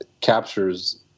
captures